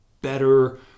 better